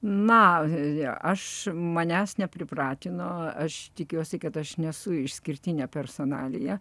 na aš manęs nepripratino aš tikiuosi kad aš nesu išskirtinė personalija